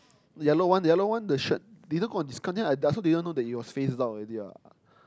yellow one yellow one the shirt didn't go on discount then I I also didn't know it was phased out already what